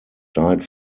died